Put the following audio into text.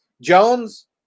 Jones